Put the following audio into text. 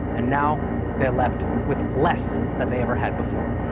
and now they're left with less than they ever had before.